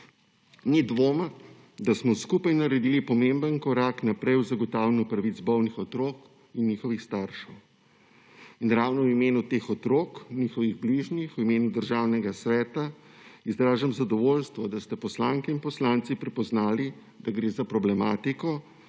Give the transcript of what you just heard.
Ni dvoma, da smo skupaj naredili pomemben korak naprej v zagotavljanju pravic bolnih otrok in njihovih staršev. Ravno v imenu teh otrok in njihovih bližnjih, v imenu Državnega sveta izražam zadovoljstvo, da ste poslanke in poslanci prepoznali, da gre za problematiko,